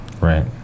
right